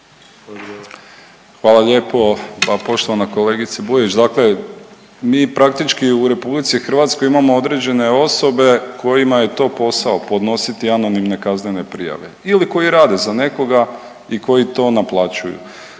Hvala lijepo. Pa poštovana kolegice Bujević, dakle mi praktički u RH imamo određene osobe kojima je to posao, podnositi anonimne kaznene prijave ili koji rade za nekoga i koji to naplaćuju.